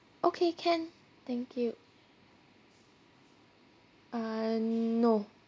okay can thank you uh no